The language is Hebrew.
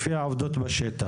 לפי העובדות בשטח?